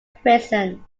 prison